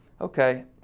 okay